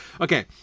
Okay